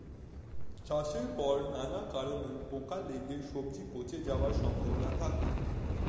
চাষের পর নানা কারণে পোকা লেগে সবজি পচে যাওয়ার সম্ভাবনা থাকে